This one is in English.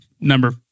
Number